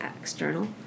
external